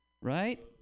Right